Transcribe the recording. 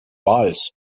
wals